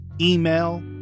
email